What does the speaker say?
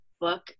book